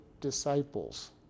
disciples